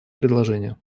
предложения